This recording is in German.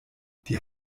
die